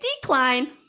decline